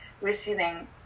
receiving